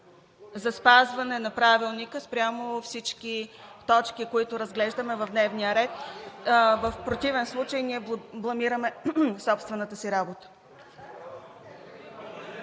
за спазване на Правилника спрямо всички точки, които разглеждаме в дневния ред. В противен случай ние бламираме собствената си работа.